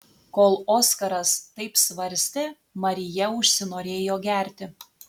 kol oskaras taip svarstė marija užsinorėjo gerti